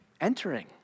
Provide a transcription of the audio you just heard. entering